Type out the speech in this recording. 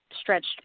stretched